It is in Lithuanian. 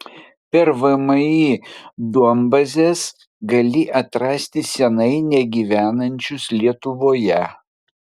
per vmi duombazes gali atrasti senai negyvenančius lietuvoje